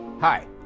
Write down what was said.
hi